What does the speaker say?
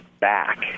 back